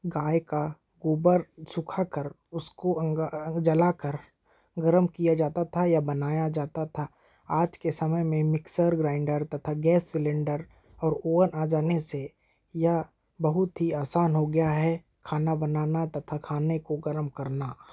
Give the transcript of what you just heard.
गाय का गोबर सुखाकर उसको आगजलाकर गरम किया जाता था या बनाया जाता था आज के समय में मिक्सर ग्राइंडर तथा गैस सिलेंडर और ओवन आ जाने से यह बहुत ही आसान हो गया है खाना बनाना तथा खाने को गर्म करना